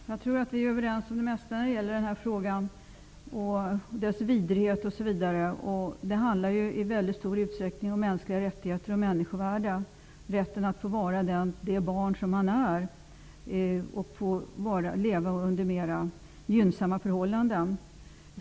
Herr talman! Jag tror att vi är överens om det mesta i den här frågan när det gäller vidrigheter osv. Det handlar ju i väldigt stor utsträckning om de mänskliga rättigheterna, om människovärdet samt om rätten att få vara det barn som man är och få leva under mera gynnsamma förhållanden.